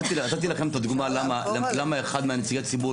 נתתי לכם את הדוגמה למה אחד מנציגי הציבור